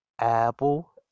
Apple